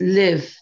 live